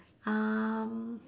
um